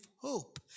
hope